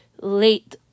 late